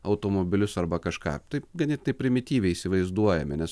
automobilius arba kažką taip ganėtinai primityviai įsivaizduojame nes